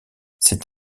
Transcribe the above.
cet